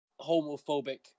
homophobic